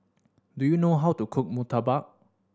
do you know how to cook murtabak